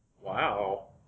Wow